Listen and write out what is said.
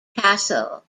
castle